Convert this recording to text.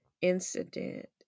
incident